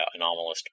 Anomalist